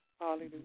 Hallelujah